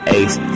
ace